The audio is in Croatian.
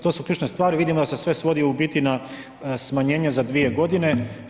To su ključne stvari, vidimo da se sve svodi u biti na smanjenje za 2 godine.